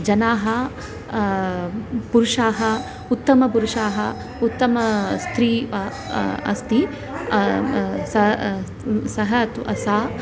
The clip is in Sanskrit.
जनाः पुरुषाः उत्तमपुरुषाः उत्तम स्त्री अस्ति स सः अथवा अ सा